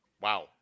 Wow